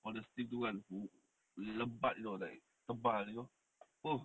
all the stick tu kan lebat you know like tebal you know